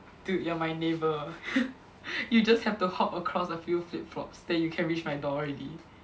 dude you're my neighbour you just have to hop across a few flip flops then you can reach my door already